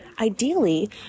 Ideally